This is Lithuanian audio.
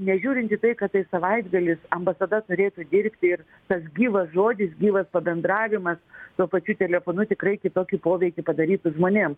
nežiūrint į tai kad tai savaitgalis ambasada turėtų dirbti ir tas gyvas žodis gyvas bendravimas tuo pačiu telefonu tikrai kitokį poveikį padarytų žmonėms